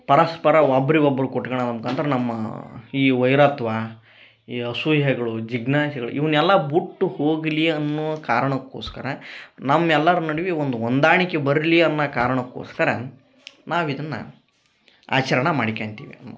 ಪರಸ್ಪರ ಒಬ್ರಿಗೆ ಒಬ್ರು ಕೊಟ್ಕಣದು ಅಂತಂದ್ರ ನಮ್ಮ ಈ ವೈರತ್ವ ಈ ಅಸೂಯೆಗಳು ಜಿಜ್ಞಾಸೆಗಳು ಇವನ್ನೆಲ್ಲ ಬುಟ್ಟು ಹೋಗಲಿ ಅನ್ನುವ ಕಾರಣಕ್ಕೋಸ್ಕರ ನಮ್ಮ ಎಲ್ಲಾರ ನಡುವಿ ಒಂದು ಹೊಂದಾಣಿಕೆ ಬರಲಿ ಅನ್ನ ಕಾರಣಕ್ಕೋಸ್ಕರ ನಾವು ಇದನ್ನ ಆಚರಣ ಮಾಡಿಕೆಂತಿವಿ ನಾವು